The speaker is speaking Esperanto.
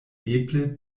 eble